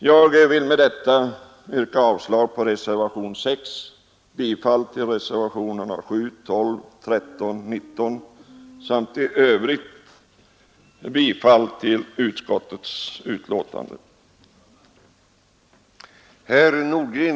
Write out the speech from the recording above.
Jag vill med detta yrka bifall till reservationerna 7, 12, 13 och 19 i inrikesutskottets betänkande nr 28 samt i övrigt bifall till utskottets hemställan.